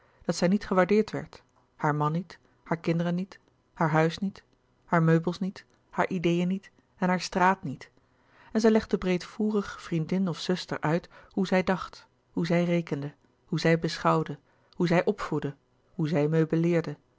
dat zij niet gewaardeerd werd haar man niet haar kinderen niet haar huis niet haar meubels niet haar ideeën niet en haar straat niet en zij legde breedvoerig vriendin of zuster uit hoe zij dacht hoe zij rekende hoe zij beschouwde hoe zij opvoedde hoe zij